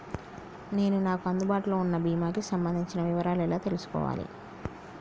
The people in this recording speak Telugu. నేను నాకు అందుబాటులో ఉన్న బీమా కి సంబంధించిన వివరాలు ఎలా తెలుసుకోవాలి?